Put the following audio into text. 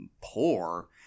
poor